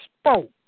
spoke